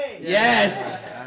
Yes